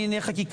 מדיני-בטחוני.